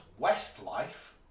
Westlife